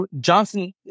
Johnson